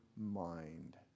mind